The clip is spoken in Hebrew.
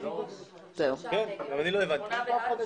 הצבעה בעד,